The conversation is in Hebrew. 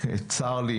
ותראה